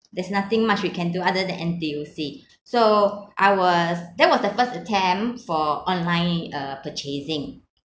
there's nothing much we can do other than N_T_U_C so I was that was the first attempt for online uh purchasing